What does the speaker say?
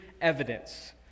evidence